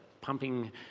pumping